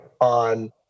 on